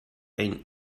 een